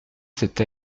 cette